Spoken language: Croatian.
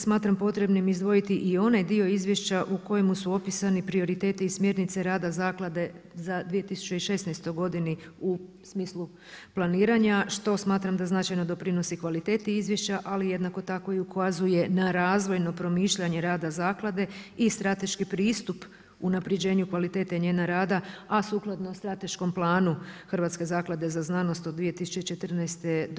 Smatram potrebnim izdvojiti i onaj dio izvješća u kojemu su opisani prioriteti i smjernice rada Zaklade za 2016. godinu u smislu planiranja što smatram da značajno doprinosi kvaliteti izvješća ali jednako tako i ukazuje na razvojno promišljanje rada zaklade i strateški pristup unapređenju kvalitete njena rada a sukladno strateškom planu Hrvatske zaklade za znanost od 2014. do